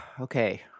okay